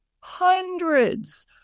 hundreds